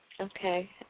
Okay